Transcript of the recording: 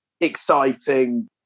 exciting